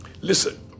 Listen